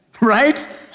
right